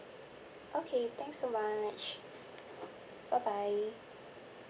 okay thanks so much bye bye